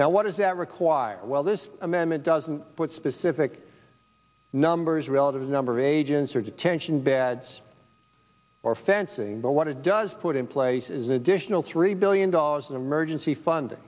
now what does that require well this amendment doesn't put specific numbers relative the number of agents or detention beds or fencing but what it does put in place is an additional three billion dollars in emergency fund